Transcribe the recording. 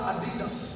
Adidas